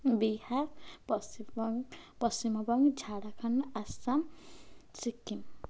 ବିହାର ପଶ୍ଚି ପଶ୍ଚିମବଙ୍ଗ ଝାଡ଼ଖଣ୍ଡ ଆସାମ ସିକ୍କିମ